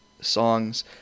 songs